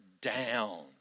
down